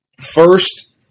first